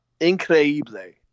increíble